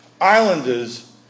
islanders